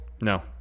No